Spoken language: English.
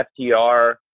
FTR